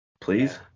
please